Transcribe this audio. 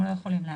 כלומר אם זה